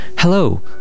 Hello